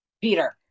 Peter